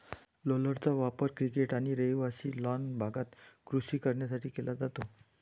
रोलर्सचा वापर क्रिकेट आणि रहिवासी लॉन भागात कृषी कारणांसाठी केला जातो